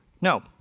No